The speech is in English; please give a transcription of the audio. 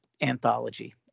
anthology